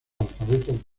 alfabeto